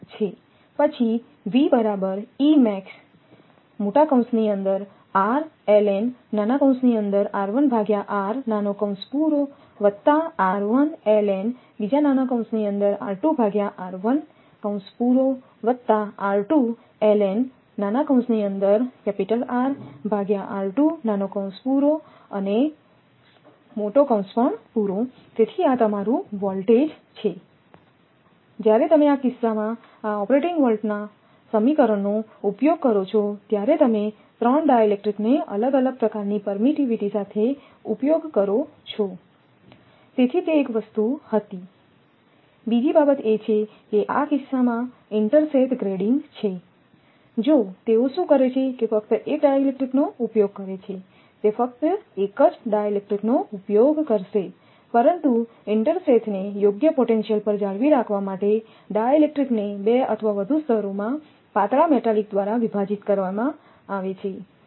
તેથી બરાબર છે પછી તેથી આ તમારું વોલ્ટ છેજ્યારે તમે આ કિસ્સામાં આ ઓપરેટિંગ વોલ્ટેજના સમીકરણનો ઉપયોગ કરો છો ત્યારે તમે 3 ડાઇલેક્ટ્રિકને અલગ અલગ પ્રકારની પરમીટીવીટી સાથે ઉપયોગ કરો છો તેથી તે એક વસ્તુ હતી બીજી બાબત એ છે કે આ કિસ્સામાં ઇન્ટરસેથ ગ્રેડિંગ છે જો તેઓ શું કરે છે કે ફક્ત એક ડાઇલેક્ટ્રિકનો ઉપયોગ કરે છે તે ફક્ત એક જ ડાઇલેક્ટ્રિકનો ઉપયોગ કરશે પરંતુ ઇન્ટરસેથને યોગ્ય પોટેન્શિયલ પર જાળવી રાખવા માટે ડાઇલેક્ટ્રિકને 2 અથવા વધુ સ્તરોમાં પાતળા મેટાલિક દ્વારા વિભાજિત કરવામાં આવે છે